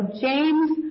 James